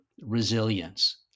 resilience